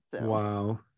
Wow